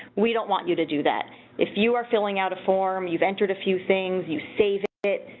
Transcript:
we don't want you to do that if you are filling out a form you've entered a few things, you save it.